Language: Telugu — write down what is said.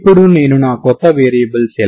ఇక్కడ f రెండుసార్లు డిఫరెన్ష్యబుల్ అవ్వాలి